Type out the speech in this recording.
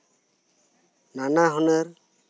ᱱᱟᱱᱟ ᱦᱩᱱᱟᱹᱨ